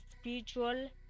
spiritual